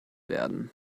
werden